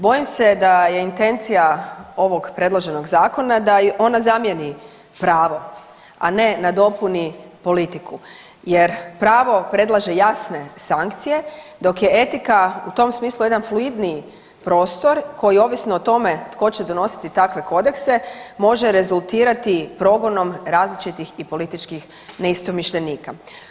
Bojim se da je intencija ovog predloženog zakona da i ona zamijeni pravo, a ne nadopuni politiku jer pravo predlaže jasne sankcije dok je etika u tom smislu jedan fluidniji prostor koji ovisno o tome tko će donositi takve kodekse može rezultirati progonom različitih i političkih neistomišljenika.